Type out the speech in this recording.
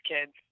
kids